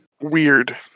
weird